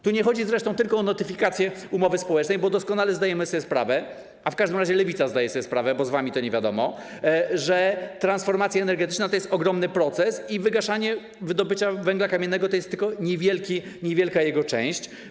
Tu nie chodzi zresztą tylko o notyfikację umowy społecznej, bo doskonale zdajemy sobie sprawę, a w każdym razie lewica zdaje sobie sprawę, bo z wami to nie wiadomo, z tego, że transformacja energetyczna to jest ogromny proces i wygaszanie wydobycia węgla kamiennego to jest tylko niewielka jego część.